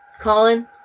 Colin